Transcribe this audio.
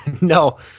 No